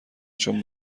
چون